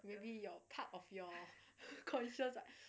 maybe your part of your conditions ah